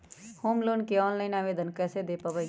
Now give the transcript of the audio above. Home loan के online आवेदन कैसे दें पवई?